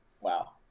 Wow